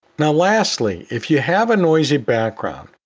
now lastly, if you have a noisy background,